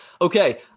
Okay